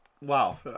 Wow